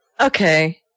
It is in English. Okay